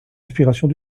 inspirations